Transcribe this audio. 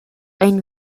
ein